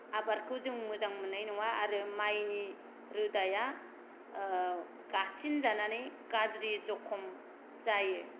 आबादखौ जों मोजां मोन्नाय नङा आरो मायनि रोदाया गासिनजानानै गाज्रि जखम जायो